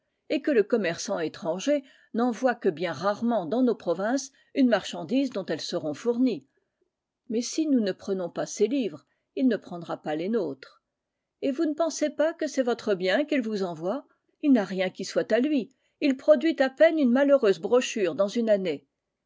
et que le commerçant étranger n'envoie que bien rarement dans nos provinces une marchandise dont elles seront fournies mais si nous ne prenons pas ses livres il ne prendra pas les nôtres et vous ne pensez pas que c'est votre bien qu'il vous envoie il n'a rien qui soit à lui il produit à peine une malheureuse brochure dans une année